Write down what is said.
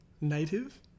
native